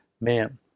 man